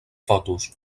fotos